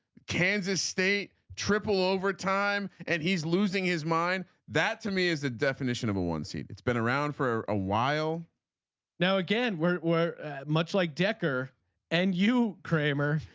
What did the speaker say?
kansas state triple overtime and he's losing his mind. that to me is the definition of a one seed. it's been around for a while now again were were much like decker and you kramer.